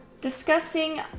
discussing